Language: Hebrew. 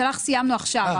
הסתייגות אחרונה.